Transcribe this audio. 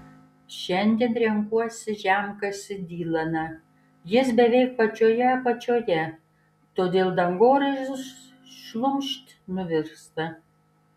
šiandien renkuosi žemkasį dilaną jis beveik pačioje apačioje todėl dangoraižis šlumšt nuvirsta